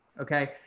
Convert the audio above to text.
okay